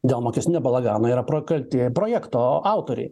dėl mokestinio balagano yra pra kalti projekto autoriai